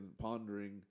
pondering